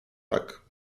tak